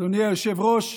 אדוני היושב-ראש,